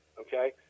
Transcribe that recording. Okay